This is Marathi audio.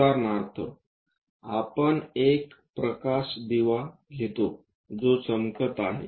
उदाहरणार्थ आपण एक प्रकाश दिवा घेतो जो चमकत आहे